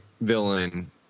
villain